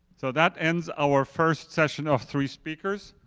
so that ends our first session of three speakers.